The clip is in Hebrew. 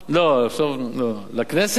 לא, לכנסת?